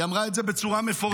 היא אמרה את זה בצורה מפורשת.